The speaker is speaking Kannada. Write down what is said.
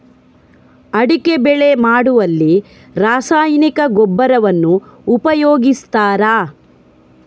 ಅಡಿಕೆ ಬೆಳೆ ಮಾಡುವಲ್ಲಿ ರಾಸಾಯನಿಕ ಗೊಬ್ಬರವನ್ನು ಉಪಯೋಗಿಸ್ತಾರ?